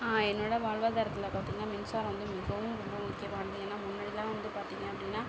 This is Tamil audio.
என்னோடய வாழ்வாதாரத்துல பார்த்தீங்கன்னா மின்சாரம் வந்து மிகவும் ரொம்ப முக்கியமானது ஏன்னா முன்னாடியெல்லாம் வந்து பார்த்தீங்க அப்படின்னா